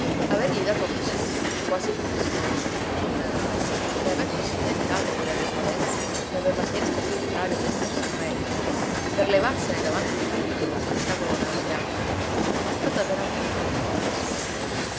avergli dato così quasi di nascosto quel danaro e aver così tentato quella debolezza che aveva chiesto al contrario d'esser sorretta per levarsene davanti subito lo spettacolo nauseante è stata veramente una